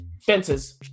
fences